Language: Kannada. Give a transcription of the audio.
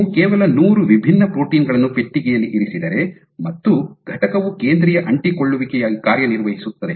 ನೀವು ಕೇವಲ ನೂರು ವಿಭಿನ್ನ ಪ್ರೋಟೀನ್ ಗಳನ್ನು ಪೆಟ್ಟಿಗೆಯಲ್ಲಿ ಇರಿಸಿದರೆ ಮತ್ತು ಘಟಕವು ಕೇಂದ್ರೀಯ ಅಂಟಿಕೊಳ್ಳುವಿಕೆಯಾಗಿ ಕಾರ್ಯನಿರ್ವಹಿಸುತ್ತದೆ